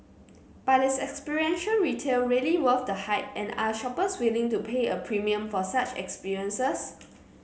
but is experiential retail really worth the hype and are shoppers willing to pay a premium for such experiences